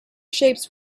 shapes